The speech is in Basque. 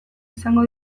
izango